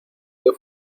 que